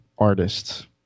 Artists